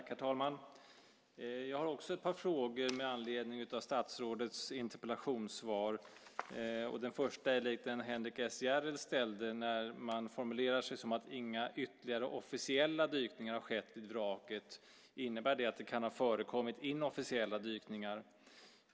Herr talman! Jag har också ett par frågor med anledning av statsrådets interpellationssvar. Den första är lik den Henrik S Järrel ställde: När man formulerar sig som att inga ytterligare officiella dykningar har skett vid vraket, innebär det att det kan ha förekommit inofficiella dykningar?